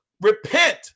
Repent